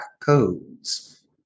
codes